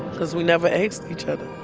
cause we never asked each other.